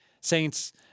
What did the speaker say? Saints